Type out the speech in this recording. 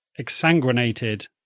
exsanguinated